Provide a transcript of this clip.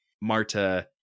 Marta